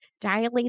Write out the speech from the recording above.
dilate